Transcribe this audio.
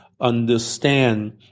understand